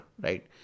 right